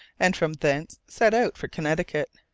and from thence set out for connecticut.